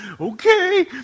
Okay